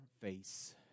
face